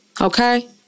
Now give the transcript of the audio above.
okay